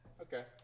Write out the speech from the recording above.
Okay